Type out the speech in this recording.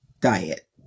diet